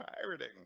pirating